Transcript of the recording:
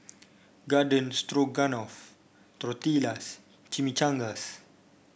Garden Stroganoff Tortillas Chimichangas